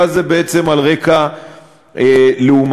ואז זה בעצם על רקע לאומני.